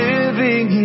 Living